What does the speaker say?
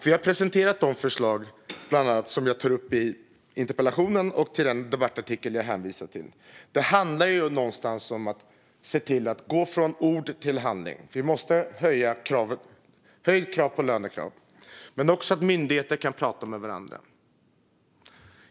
Vi har presenterat de förslag som tas upp i bland annat interpellationen och den debattartikel jag hänvisade till. Det handlar någonstans om att se till att gå från ord till handling - vi måste ha höjda lönekrav - men också om att se till att myndigheter kan prata med varandra.